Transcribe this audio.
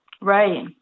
Right